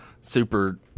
super